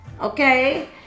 Okay